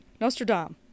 Nostradam